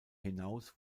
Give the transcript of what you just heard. hinaus